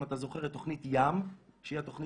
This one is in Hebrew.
אם אתה זוכר את תוכנית "ים" שהיא התוכנית